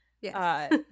Yes